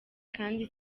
kandi